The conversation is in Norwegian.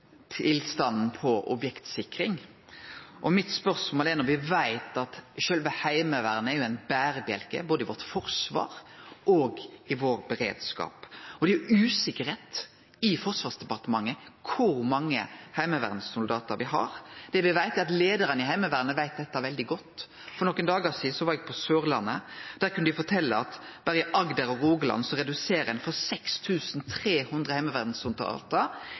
tilstanden for objektsikring. Mitt spørsmål er: Vi veit at sjølve Heimevernet er ein berebjelke både i forsvaret vårt og i beredskapen vår, og det er usikkerheit i Forsvarsdepartementet om kor mange heimevernssoldatar vi har. Det vi veit, er at leiaren i Heimevernet veit dette veldig godt. For nokre dagar sidan var eg på Sørlandet. Der kunne dei fortelje at berre i Agder og Rogaland reduserer ein frå 6 300 heimevernssoldatar